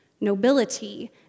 nobility